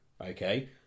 okay